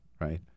right